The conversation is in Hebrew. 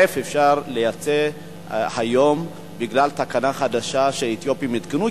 שאפשר היום לייצא טף בגלל תקנה חדשה שהאתיופים עדכנו,